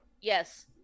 Yes